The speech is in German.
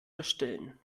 verstellen